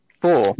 four